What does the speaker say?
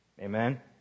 Amen